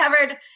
covered